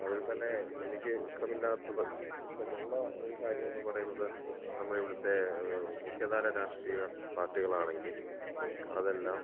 അതിൽ തന്നെ എനിക്ക് ഇഷ്ടമില്ലാത്തത് ഇഷ്ടമുള്ള ഒരു കാര്യം എന്നു പറയുന്നത് നമ്മുടെ ഇവിടത്തെ മുഖ്യധാര രാഷ്ട്രീയ പാർട്ടികളാണെങ്കിൽ അതെല്ലാം